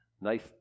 Nice